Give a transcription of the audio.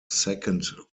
second